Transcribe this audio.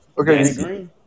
Okay